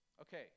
Okay